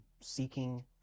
seeking